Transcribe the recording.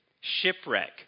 shipwreck